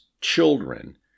children